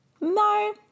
No